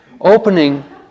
Opening